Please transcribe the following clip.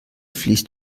fließt